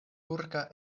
turka